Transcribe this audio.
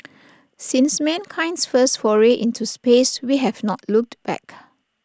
since mankind's first foray into space we have not looked back